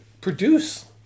produce